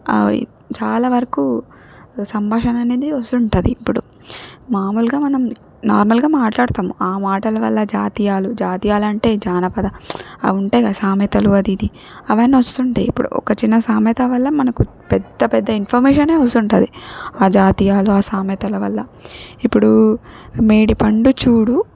అవి చాలా వరకు సంభాషణ అనేది వస్తుంటుంది ఇప్పుడు మాములుగా మనం నార్మల్గా మాట్లాడుతాం ఆ మాటల వల్ల జాతీయాలు జాతీయాలు అంటే జానపద అవుంటాయి గదా సామెతలు అది ఇది అవన్నీ వస్తుంటాయి ఇప్పుడు ఒక చిన్న సామెత వల్ల మనకు పెద్ద పెద్ద ఇన్ఫర్మేషనే వస్తుంటుంది ఆ జాతీయాలు ఆ సామెతల వల్ల ఇప్పుడు మేడిపండు చూడు